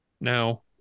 Now